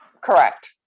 Correct